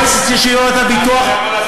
במועצת הביטוח הלאומי, אני יודע מה עושים,